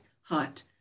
hot